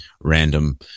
random